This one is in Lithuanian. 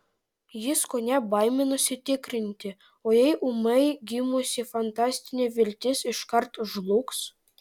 jis kone baiminosi tikrinti o jei ūmai gimusi fantastinė viltis iškart žlugs